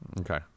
okay